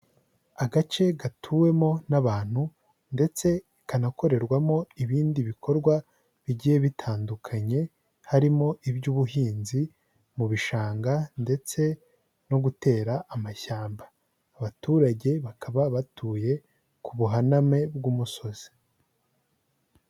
Agace gatuwemo n'abantu ndetse kanakorerwamo ibindi bikorwa bigiye bitandukanye, harimo iby'ubuhinzi, mu bishanga, ndetse no gutera amashyamba. Abaturage bakaba batuye ku buhaname bw'umusozi.